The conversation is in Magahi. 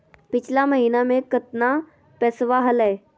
पिछला महीना मे कतना पैसवा हलय?